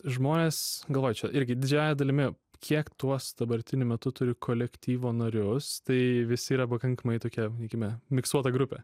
žmonės galvoju čia irgi didžiąja dalimi kiek tuos dabartiniu metu turiu kolektyvo narius tai visi yra pakankamai tokie vadinkime miksuota grupė